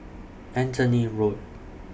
Anthony Road